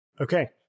Okay